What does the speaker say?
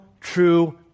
true